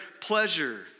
pleasure